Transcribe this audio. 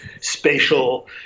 spatial